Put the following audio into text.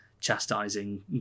chastising